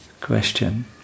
question